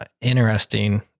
interesting